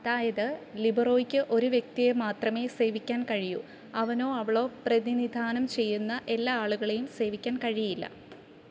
അതായത് ലിബറോയ്ക്ക് ഒരു വ്യക്തിയെ മാത്രമേ സേവിക്കാൻ കഴിയൂ അവനോ അവളോ പ്രതിനിധാനം ചെയ്യുന്ന എല്ലാ ആളുകളെയും സേവിക്കാൻ കഴിയില്ല